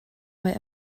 mae